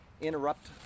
interrupt